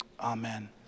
Amen